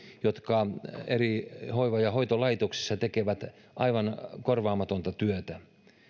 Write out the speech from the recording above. jotka eri hoiva ja hoitolaitoksissa tekevät aivan korvaamatonta työtä